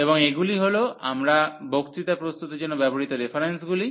এবং এগুলি হল আমরা বক্তৃতা প্রস্তুতের জন্য ব্যবহৃত রেফারেন্সগুলি